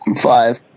Five